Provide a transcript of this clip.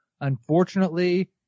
Unfortunately